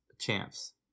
Champs